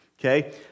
Okay